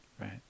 Right